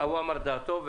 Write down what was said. הוא אמר את דעתו.